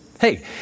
Hey